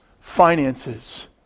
finances